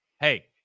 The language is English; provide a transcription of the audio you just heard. Hey